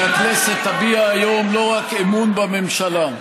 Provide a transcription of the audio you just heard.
שהכנסת תביע היום לא רק אמון בממשלה,